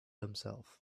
himself